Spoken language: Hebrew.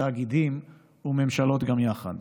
תאגידים וממשלות גם יחד.